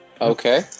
Okay